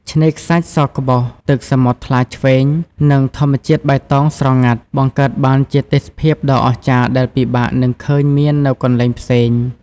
ឆ្នេរខ្សាច់សក្បុស ទឹកសមុទ្រថ្លាឆ្វេង និងធម្មជាតិបៃតងស្រងាត់ បង្កើតបានជាទេសភាពដ៏អស្ចារ្យដែលពិបាកនឹងឃើញមាននៅកន្លែងផ្សេង។